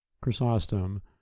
Chrysostom